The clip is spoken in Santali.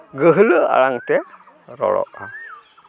ᱜᱟᱹᱦᱞᱟᱹ ᱟᱲᱟᱝ ᱛᱮ ᱨᱚᱲᱚᱜᱼᱟ